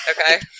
Okay